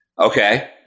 Okay